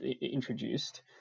introduced